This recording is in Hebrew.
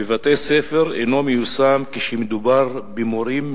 בבתי-ספר אינו מיושם כשמדובר במורים ממלאי-מקום.